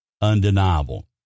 undeniable